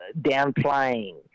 downplaying